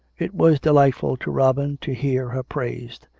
it was delightful to robin to hear her praised,